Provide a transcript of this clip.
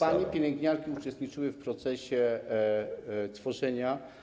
Panie pielęgniarki uczestniczyły w procesie tworzenia.